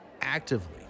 actively